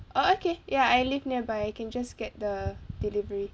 oh okay ya I live nearby I can just get the delivery